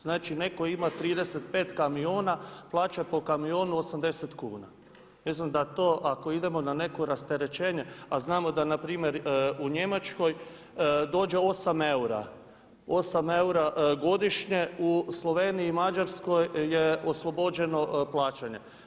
Znači neko ima 35 kamiona plaća po kamionu 80 kuna, mislim da to ako idemo na neko rasterećenje, a znamo da npr. u Njemačkoj dođe osam eura godišnje, u Sloveniji i Mađarskoj je oslobođeno plaćanje.